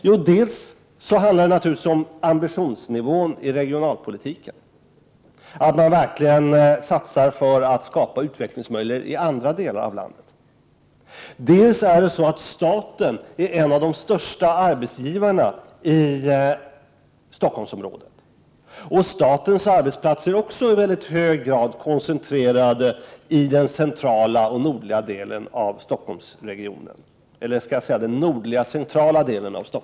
Jo, dels handlar det om ambitionsnivån i regionalpolitiken, att man verkligen satsar för att skapa utvecklingsmöjligheter i andra delar av landet, dels är staten en av de största arbetsgivarna i Stockholmsområdet, och även statens arbetsplatser är i mycket hög grad koncentrerade till den centrala nordliga delen av Stockholmsregionen.